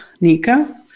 Nika